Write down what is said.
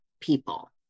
people